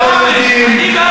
אני בעד סנקציות,